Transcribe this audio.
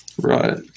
Right